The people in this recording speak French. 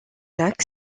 lacs